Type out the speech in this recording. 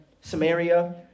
Samaria